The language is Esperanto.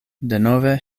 denove